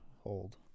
hold